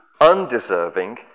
undeserving